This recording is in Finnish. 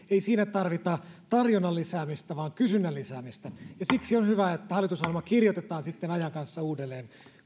olemme tarvita tarjonnan lisäämistä vaan kysynnän lisäämistä ja siksi on hyvä että hallitusohjelma kirjoitetaan sitten ajan kanssa uudelleen